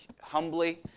humbly